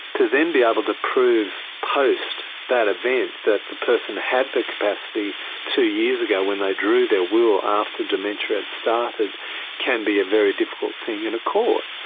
to then be able to prove post that event that the person had the capacity two years ago when they drew their will after dementia had started can be a very difficult thing in a court,